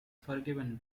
forgiven